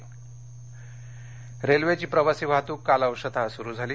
railway रेल्वेची प्रवासी वाहतुक काल अंशतः सुरू झाली